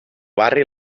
barri